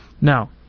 Now